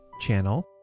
channel